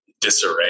disarray